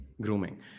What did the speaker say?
grooming